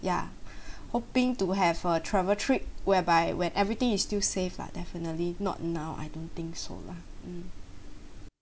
ya hoping to have a travel trip whereby when everything is still safe lah definitely not now I don't think so lah um